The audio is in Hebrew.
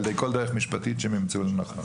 על ידי כל דרך משפטית שהם ימצאו לנכון.